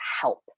help